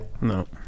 No